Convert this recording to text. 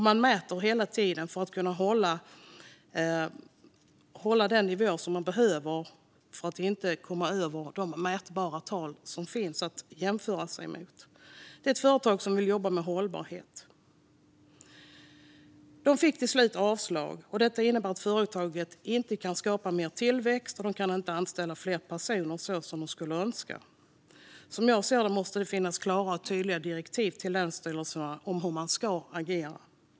De mäter hela tiden för att hålla den nivå som de behöver hålla för att inte komma över de mätbara tal som finns att jämföra sig med. Detta är ett företag som vill jobba med hållbarhet. De fick till slut avslag. Detta innebär att företaget inte kan skapa mer tillväxt och att de inte kan anställa fler personer, vilket de skulle önska. Som jag ser det måste det finnas klara och tydliga direktiv till länsstyrelserna om hur man ska agera.